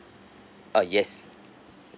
ah yes